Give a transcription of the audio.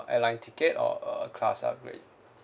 airline ticket or a class upgrade